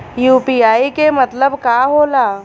UPI के मतलब का होला?